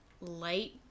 light